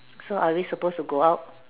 so are we supposed to go out